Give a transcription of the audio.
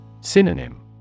Synonym